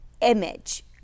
image